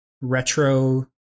retro